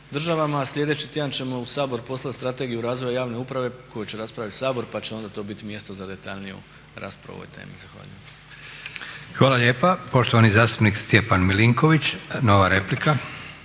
državama. A sljedeći tjedan ćemo u Sabor poslati Strategiju razvoja javne uprave koju će raspraviti Sabor pa će onda to biti mjesto za detaljniju raspravu o ovoj temi. Zahvaljujem. **Leko, Josip (SDP)** Hvala lijepa. Poštovani zastupnik Stjepan ilinković, nova replika.